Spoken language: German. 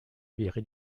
wäre